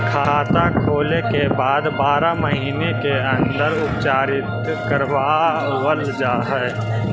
खाता खोले के बाद बारह महिने के अंदर उपचारित करवावल जा है?